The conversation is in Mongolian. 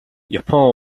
япон